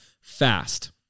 fast